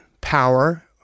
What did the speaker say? power